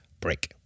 break